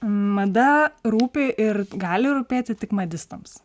mada rūpi ir gali rūpėti tik madistams